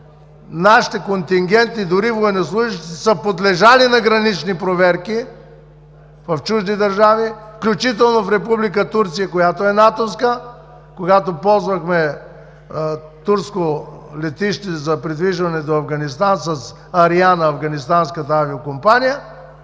нашите контингенти, дори военнослужещите, са подлежали на гранични проверки в чужди държави, включително в Република Турция, която е натовска, когато ползвахме турско летище за придвижване до Афганистан, с „Ариана“ – афганистанската авиокомпания,